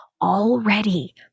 already